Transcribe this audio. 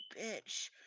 bitch